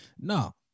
No